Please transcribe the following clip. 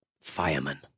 Fireman